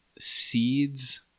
Seeds